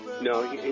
no